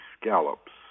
scallops